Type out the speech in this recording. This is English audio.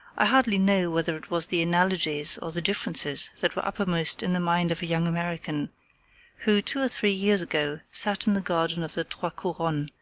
i hardly know whether it was the analogies or the differences that were uppermost in the mind of a young american who, two or three years ago, sat in the garden of the trois couronnes,